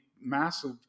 massive